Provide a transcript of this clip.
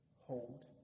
hold